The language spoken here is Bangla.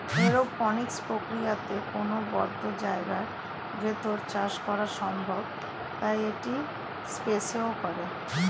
এরওপনিক্স প্রক্রিয়াতে কোনো বদ্ধ জায়গার ভেতর চাষ করা সম্ভব তাই এটি স্পেসেও করে